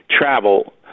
travel